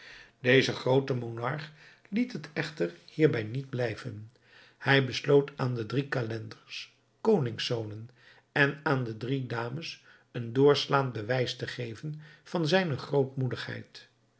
deze groote monarch liet het echter hierbij niet blijven hij besloot aan de drie calenders koningszonen en aan de drie dames een doorslaand bewijs te geven van zijne